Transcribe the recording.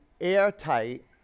airtight